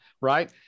right